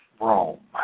Rome